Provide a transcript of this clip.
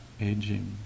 aging